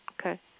okay